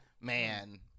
Man